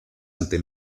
ante